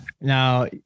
Now